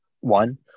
one